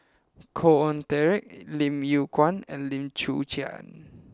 Khoo Oon Teik Lim Yew Kuan and Lim Chwee Chian